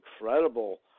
incredible